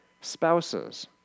Spouses